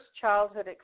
childhood